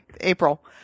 april